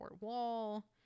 wall